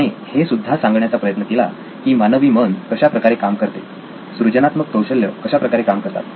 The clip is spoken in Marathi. त्याने हे सुद्धा सांगण्याचा प्रयत्न केला की मानवी मन कशा प्रकारे काम करते सृजनात्मक कौशल्य कशाप्रकारे काम करतात